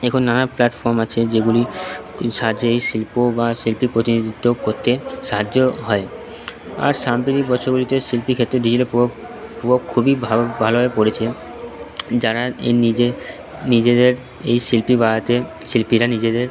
এখন নানা প্ল্যাটফর্ম আছে যেগুলির সাহায্যে এই শিল্প বা শিল্পীর প্রতিনিধিত্ব করতে সাহায্য হয় আর সাম্প্রতিক বছরগুলিতে শিল্পীর ক্ষেত্রে ডিজিটাল প্রভাব প্রভাব খুবই ভালো ভালোভাবে পড়েছে যারা এই নিজে নিজেদের এই শিল্পী বাড়াতে শিল্পীরা নিজেদের